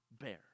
bear